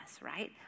right